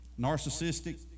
Narcissistic